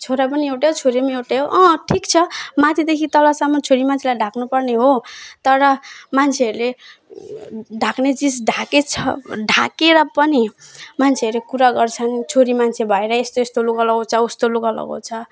छोरा पनि एउटै हो छेरी पनि एउटै हो अँ ठिक छ माथिदेखि तलसम्म छोरीमान्छेलाई ढाक्नुपर्ने हो तर मान्छेहरूले ढाक्ने चिज ढाकेछ ढाकेर पनि मान्छेहरूले कुरा गर्छन् छोरी मान्छे भएर यस्तो यस्तो लुगा लगाउँछ उस्तो लुगा लगाउँछ